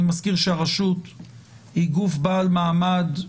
אני מזכיר שהרשות היא גוף בעל מעמד עצמאי,